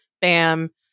bam